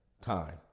time